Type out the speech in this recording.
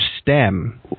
STEM